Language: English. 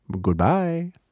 goodbye